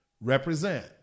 represent